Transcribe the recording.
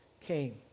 came